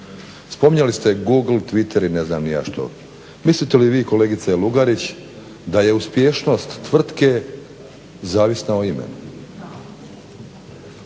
Spominjali ste Google, Twitter i ne znam ni ja što. Mislite li vi kolegice Lugarić da je uspješnost tvrtke zavisna o imenu?